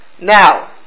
Now